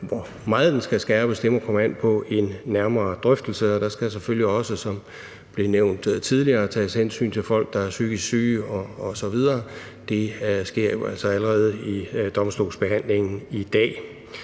hvor meget den skal skærpes, må komme an på en nærmere drøftelse, og der skal selvfølgelig, som det blev nævnt tidligere, også tages hensyn til folk, der er psykisk syge osv., og det sker jo altså allerede i domstolsbehandlingen i dag.